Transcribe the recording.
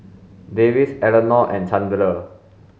Davis Elinor and Chandler